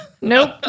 Nope